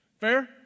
Fair